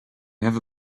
have